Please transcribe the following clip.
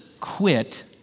quit